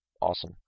Awesome